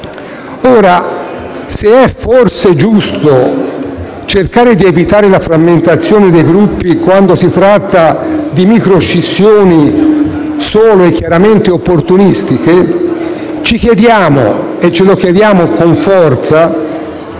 Ora, se è forse giusto cercare di evitare la frammentazione dei Gruppi quando si tratta di microscissioni solo e chiaramente opportunistiche, ci chiediamo con forza